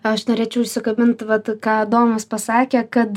aš norėčiau užsikabint vat ką adomas pasakė kad